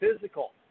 physical